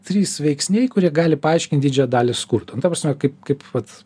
trys veiksniai kurie gali paaiškint didžiąją dalį skurdo nu ta prasme kaip kaip vat